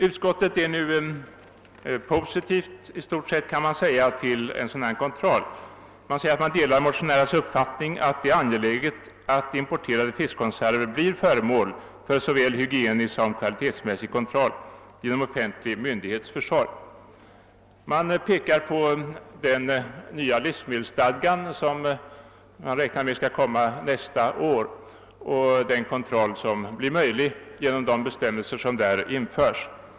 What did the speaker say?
Utskottet ställer sig i stort sett positivt till en kontroll. Man säger att man delar motionärernas uppfattning att det är angeläget att importerade fiskkonserver blir föremål för såväl hygienisk som kvalitetsmässig kontroll genom offentlig myndighets försorg. Man pekar på den nya livsmedelsstadgan, som man räknar med skall komma nästa år, och den kontroll som blir möjlig genom de bestämmelser som där införs.